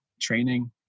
training